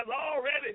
already